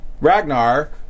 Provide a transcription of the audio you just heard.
Ragnar